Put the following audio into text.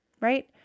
right